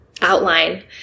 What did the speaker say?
Outline